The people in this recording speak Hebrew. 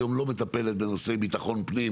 הוועדה היום לא מטפלת בנושאי ביטחון פנים,